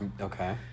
Okay